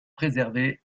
préservés